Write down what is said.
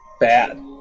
bad